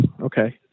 Okay